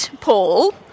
Paul